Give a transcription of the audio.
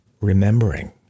remembering